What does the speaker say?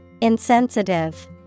Insensitive